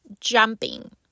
jumping